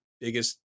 biggest